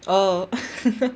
oh